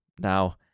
Now